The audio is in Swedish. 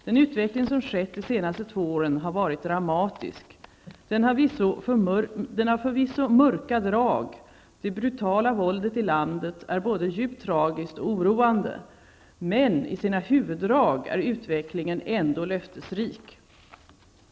Den utveckling som skett de senaste två åren har varit dramatisk. Den har förvisso mörka drag. Det brutala våldet i landet är både djupt tragiskt och oroande. Men i sina huvuddrag är utvecklingen ändå löftesrik.